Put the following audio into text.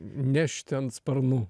nešti ant sparnų